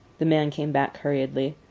the man came back hurriedly.